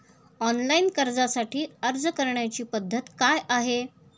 Online कर्जासाठी अर्ज करण्याची पद्धत काय आहे?